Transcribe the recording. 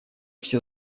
все